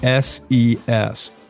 SES